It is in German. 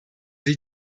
die